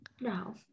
No